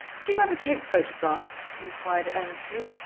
do you ever take photographs? he inquired earnestly.